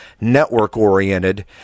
network-oriented